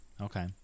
Okay